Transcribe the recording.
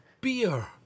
beer